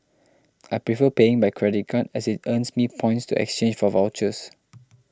I prefer paying by credit card as it earns me points to exchange for vouchers